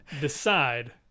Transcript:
decide